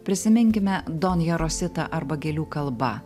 prisiminkime donja rosita arba gėlių kalba